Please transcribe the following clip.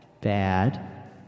Bad